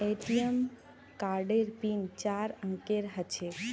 ATM कार्डेर pin चार अंकेर ह छेक